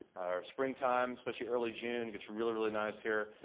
our springtime especially early june gets really really nice here.